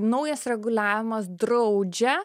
naujas reguliavimas draudžia